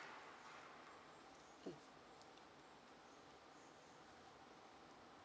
mm